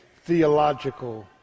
theological